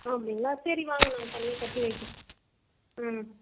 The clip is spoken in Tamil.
அப்படிங்களா சரி வாங்க நான் தனியாக கட்டி வைக்கிறோம் ம்